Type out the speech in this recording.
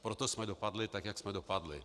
Proto jsme dopadli tak, jak jsme dopadli.